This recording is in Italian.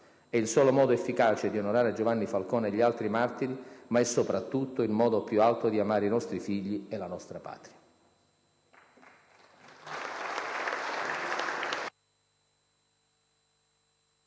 E' il solo modo efficace di onorare Giovanni Falcone e gli altri martiri, ma è soprattutto il modo più alto di amare i nostri figli e la nostra Patria.